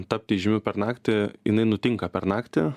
tapti įžymiu per naktį jinai nutinka per naktį